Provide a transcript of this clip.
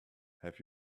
have